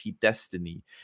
destiny